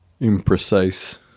imprecise